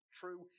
true